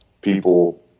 people